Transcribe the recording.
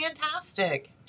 fantastic